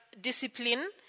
discipline